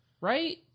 right